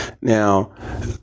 Now